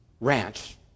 ranch